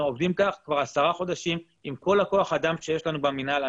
אנחנו עובדים כך כבר עשרה חודשים עם כל הכוח האדם שיש לנו במינהל.